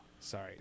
Sorry